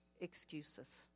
excuses